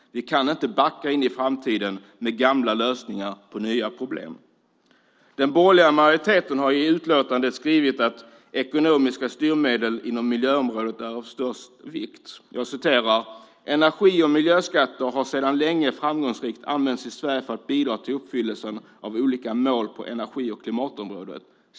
Vi kan inte backa in i framtiden med gamla lösningar på nya problem. Den borgerliga majoriteten har i utlåtandet skrivit att ekonomiska styrmedel inom miljöområdet är av stor vikt: Energi och miljöskatter har sedan länge framgångsrikt använts i Sverige för att bidra till uppfyllelsen av olika mål på energi och klimatområdet.